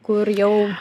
kur jau